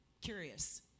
Curious